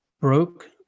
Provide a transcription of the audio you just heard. Broke